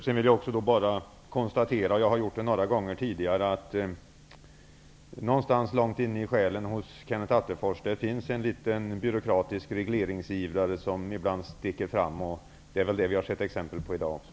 Sedan vill jag bara konstatera -- jag har gjort det några gånger tidigare -- att någonstans långt inne i själen hos Kenneth Attefors finns en liten byråkratisk regleringsivrare som ibland sticker fram. Det är väl det vi har sett exempel på i dag också.